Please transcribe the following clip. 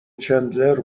چندلر